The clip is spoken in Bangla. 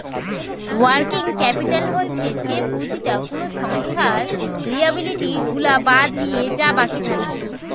ওয়ার্কিং ক্যাপিটাল হচ্ছে যে পুঁজিটা কোনো সংস্থার লিয়াবিলিটি গুলা বাদ দিলে যা বাকি থাকে